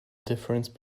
difference